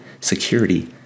security